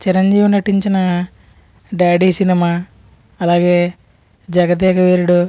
చిరంజీవి నటించిన డాడీ సినిమా అలాగే జగదేక వీరుడు